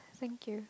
thank you